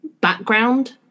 background